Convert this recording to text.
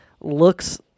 looks